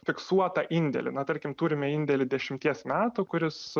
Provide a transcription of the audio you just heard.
fiksuotą indėlį na tarkim turime indėlį dešimties metų kuris